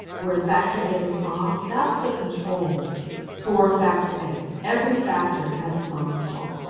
where factor a is off, that's the control for factor a. every factor has its own control.